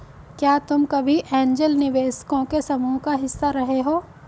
क्या तुम कभी ऐन्जल निवेशकों के समूह का हिस्सा रहे हो?